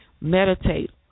meditate